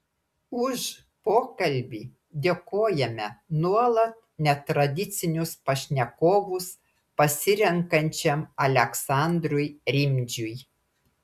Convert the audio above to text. už pokalbį dėkojame nuolat netradicinius pašnekovus pasirenkančiam aleksandrui rimdžiui